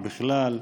ובכלל,